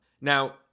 Now